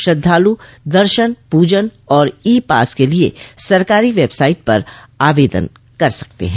श्रद्वालु दर्शन पूजन और ई पास के लिये सरकारी वेबसाइट पर आवेदन कर सकते हैं